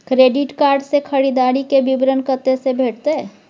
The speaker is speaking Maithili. क्रेडिट कार्ड से खरीददारी के विवरण कत्ते से भेटतै?